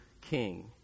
King